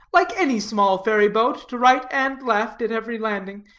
like any small ferry-boat, to right and left, at every landing,